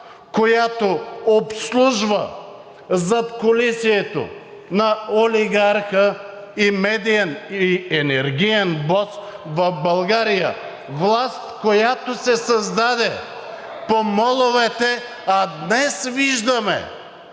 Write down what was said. която обслужва задкулисието на олигарха – и медиен, и енергиен бос в България, власт, която се създаде по моловете, а днес виждаме,